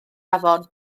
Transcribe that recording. afon